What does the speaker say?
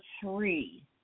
three